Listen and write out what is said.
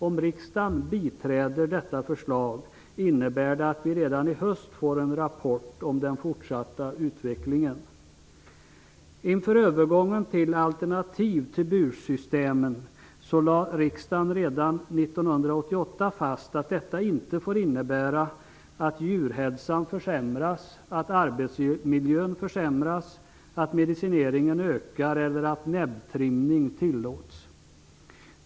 Om riksdagen biträder detta förslag innebär det att vi redan i höst får en rapport om den fortsatta utvecklingen. Inför övergången till alternativ till bursystemen lade riksdagen redan 1988 fast att den inte får innebära att djurhälsan eller arbetsmiljön försämras, att medicineringen ökar eller att näbbtrimning tillåts.